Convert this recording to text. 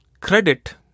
Credit